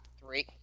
three